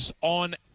on